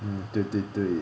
对对对